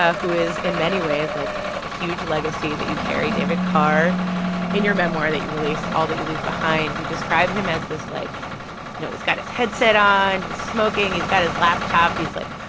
ah who is in many ways, like, a huge legacy that you carry, david carr in your memoir that you released, all that you leave behind, you describe him as this, like you know, he's got his headset on. he's smoking. he's got his laptop. he's, like,